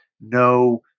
no